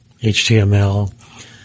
HTML